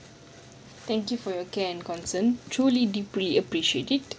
thank you for your care and concern truly deeply appreciated